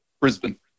Brisbane